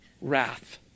wrath